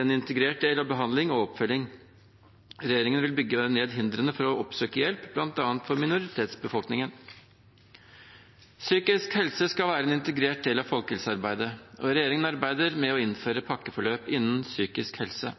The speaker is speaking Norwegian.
en integrert del av behandling og oppfølging. Regjeringen vil bygge ned hindrene for å oppsøke hjelp, bl.a. for minoritetsbefolkningen. Psykisk helse skal være en integrert del av folkehelsearbeidet. Regjeringen arbeider med å innføre pakkeforløp innen psykisk helse.